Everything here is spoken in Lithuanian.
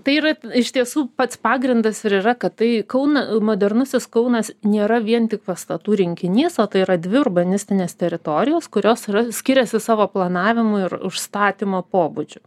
tai yra iš tiesų pats pagrindas ir yra kad tai kauna modernusis kaunas nėra vien tik pastatų rinkinys o tai yra dvi urbanistinės teritorijos kurios yra skiriasi savo planavimu ir užstatymo pobūdžiu